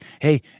Hey